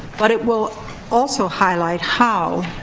but it will also highlight how,